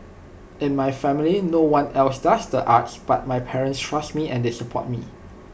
in my family no one else does the arts but my parents trust me and they support me